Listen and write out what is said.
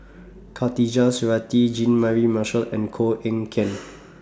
Khatijah Surattee Jean Mary Marshall and Koh Eng Kian